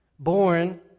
born